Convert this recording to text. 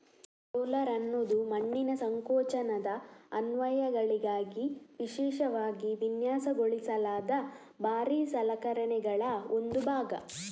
roller ಅನ್ನುದು ಮಣ್ಣಿನ ಸಂಕೋಚನದ ಅನ್ವಯಗಳಿಗಾಗಿ ವಿಶೇಷವಾಗಿ ವಿನ್ಯಾಸಗೊಳಿಸಲಾದ ಭಾರೀ ಸಲಕರಣೆಗಳ ಒಂದು ಭಾಗ